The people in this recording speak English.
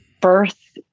birth